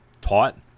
taught